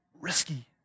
risky